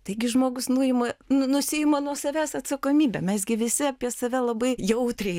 taigi žmogus nuima nu nusiima nuo savęs atsakomybę mes gi visi apie save labai jautriai